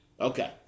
Okay